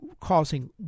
causing